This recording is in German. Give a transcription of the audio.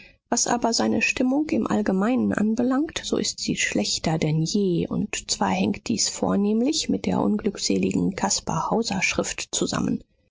was aber seine stimmung im allgemeinen anbelangt so ist sie schlechter denn je und zwar hängt dies vornehmlich mit der unglückseligen caspar hauser schrift zusammen